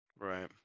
Right